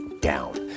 down